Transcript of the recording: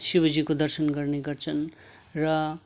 शिवजीको दर्शन गर्ने गर्छन् र